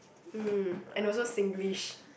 mm and also Singlish